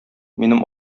минем